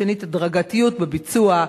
שנית, הדרגתיות בביצוע,